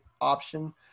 option